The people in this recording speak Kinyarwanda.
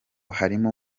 harimo